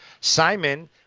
Simon